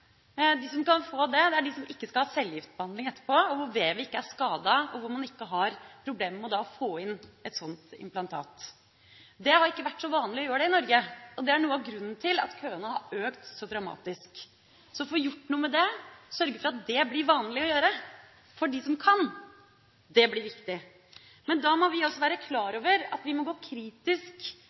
De som kan få det, er de som ikke skal ha cellegiftbehandling etterpå, hvor vevet ikke er skadet, og hvor man ikke har problemer med å få inn et sånt implantat. Det har ikke vært så vanlig å gjøre det i Norge, og det er noe av grunnen til at køene har økt så dramatisk. Så man må få gjort noe med det, og det å sørge for at det blir vanlig å gjøre det for dem som kan, blir viktig. Men da må vi også være klar over at vi må gå kritisk